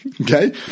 okay